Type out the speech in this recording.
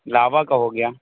لاوا کا ہو گیا